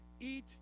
eat